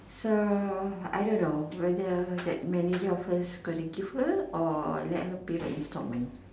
so I don't know whether that manager of hers gonna give her or let her pay by installments